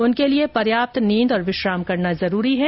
उनके लिए पर्याप्त नींद और विश्राम करना भी जरूरी है